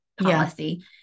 policy